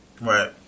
Right